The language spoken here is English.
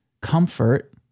comfort